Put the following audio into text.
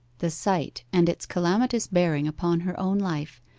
the sight, and its calamitous bearing upon her own life,